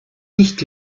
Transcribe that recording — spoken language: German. nicht